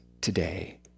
today